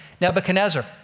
Nebuchadnezzar